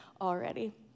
already